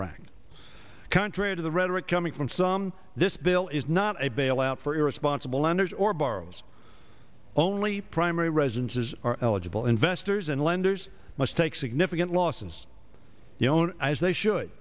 running contrary to the rhetoric coming from some this bill is not a bailout for irresponsible lenders or borrows only primary residences are eligible investors and lenders must take significant losses the own as they should